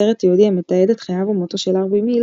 סרט תיעודי המתעד את חייו ומותו של הארווי מילק,